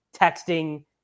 texting